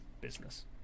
business